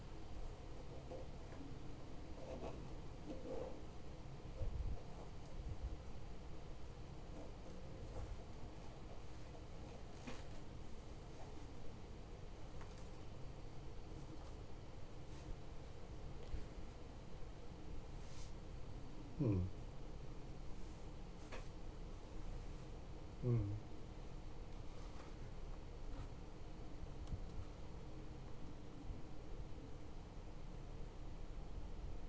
mm mm